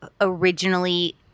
originally –